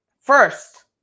first